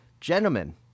Gentlemen